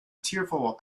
tearful